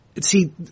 see